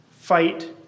fight